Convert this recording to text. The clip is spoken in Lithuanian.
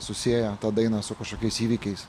susieja tą dainą su kažkokiais įvykiais